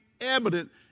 evident